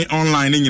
online